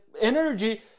energy